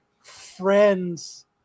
friends